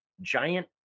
giant